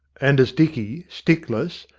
and as dicky, sticklcss,